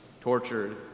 tortured